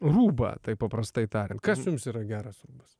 rūbą taip paprastai tariant kas jums yra geras rūbas